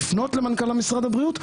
בשונה ממה שקורה במחלקות פנימיות.